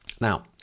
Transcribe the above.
Now